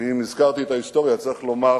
ואם הזכרתי את ההיסטוריה, צריך לומר